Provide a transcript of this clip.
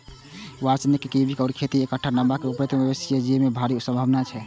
वाणिज्यिक कीवीक खेती एकटा नबका उभरैत व्यवसाय छियै, जेमे भारी संभावना छै